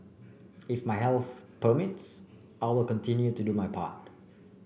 if my health permits I will continue to do my part